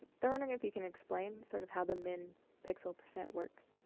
they're wondering if you can explain sort of how the min pixel percent works.